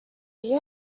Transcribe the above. you